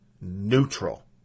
neutral